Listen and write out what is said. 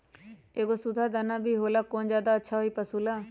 एगो सुधा दाना भी होला कौन ज्यादा अच्छा होई पशु ला?